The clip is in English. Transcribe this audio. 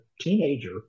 teenager